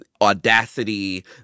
audacity